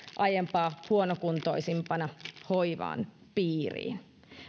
aiempaa huonokuntoisempina hoivan piiriin